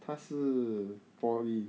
他是 poly